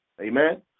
Amen